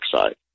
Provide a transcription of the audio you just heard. side